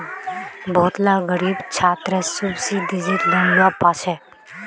बहुत ला ग़रीब छात्रे सुब्सिदिज़ेद लोन लुआ पाछे